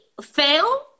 fail